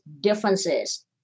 differences